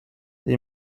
they